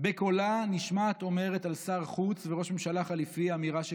בקולה נשמעת אומרת על שר חוץ וראש ממשלה חליפי אמירה שכזאת,